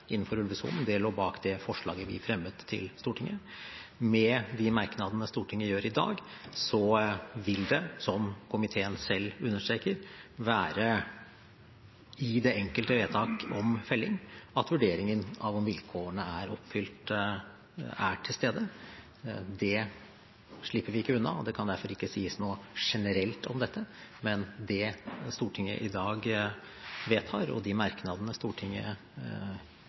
innenfor ulvesonen. Det lå bak det forslaget vi fremmet til Stortinget. Med de merknadene Stortinget vedtar i dag, vil det, som komiteen selv understreker, være i det enkelte vedtak om felling at vurderingen av om vilkårene er oppfylt, gjøres. Det slipper vi ikke unna, og det kan derfor ikke sies noe generelt om dette. Men det Stortinget i dag vedtar, og de merknadene Stortinget